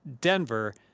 denver